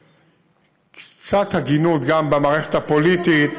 קצת הגינות, גם במערכת הפוליטית.